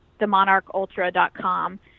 themonarchultra.com